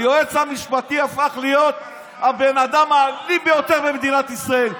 היועץ המשפטי הפך להיות הבן אדם האלים ביותר במדינת ישראל.